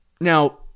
Now